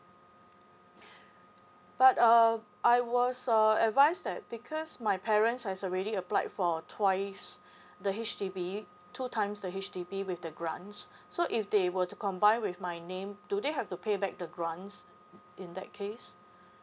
but uh I was so uh advice that because my parents has already applied for twice the H_D_B two times H_D_B with the grants so if they were to combine with my name do they have to pay back the grants in that case